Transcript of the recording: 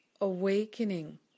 awakening